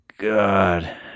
God